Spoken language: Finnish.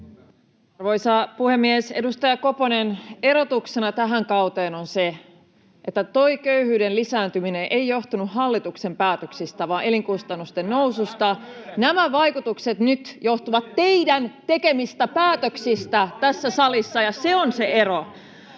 Arvoisa puhemies! Edustaja Koponen, erotuksena tähän kauteen on se, että tuo köyhyyden lisääntyminen ei johtunut hallituksen päätöksistä vaan elinkustannusten noususta. [Ari Koponen: Muiden syy, aina!] Nämä vaikutukset nyt johtuvat teidän tekemistänne päätöksistä tässä salissa, ja se on se ero.